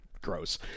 gross